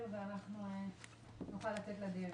תשתיות תקשורת במדינת ישראל בכלל ובעידן הזה בפרט.